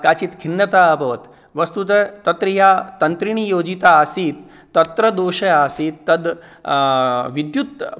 काचिद् खिन्नता अभवत् वस्तुतः तत्र या तन्त्रिणी योजिता आसीत् तत्र दोषः आसीत् तद् विद्युत्